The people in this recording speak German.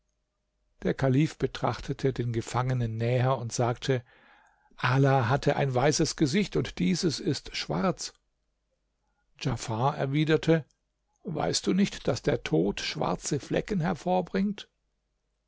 der kalif betrachtete den gefangenen näher und sagte ala hatte ein weißes gesicht und dieses ist schwarz djafar erwiderte weißt du nicht daß der tod schwarze flecken hervorbringt